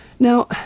Now